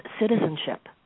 citizenship